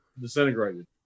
disintegrated